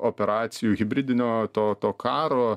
operacijų hibridinio to to karo